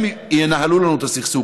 הם ינהלו לנו את הסכסוך,